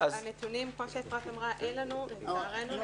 כמו שאפרת אמרה, הנתונים אין לנו --- לא.